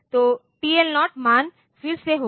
तो TL0 मान फिर से होगा